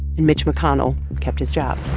and mitch mcconnell kept his job